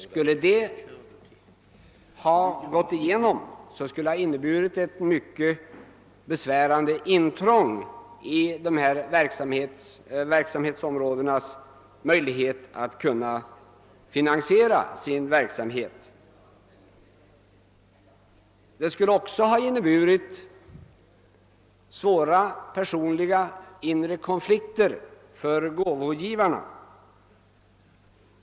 Skulle detta ha gått igenom, skulle det ha inneburit ett mycket besvärande intrång i organisationernas möjligheter att finansiera sin verksamhet. Det skulle också ha inneburit svåra personliga inre konflikter för gåvogivarna.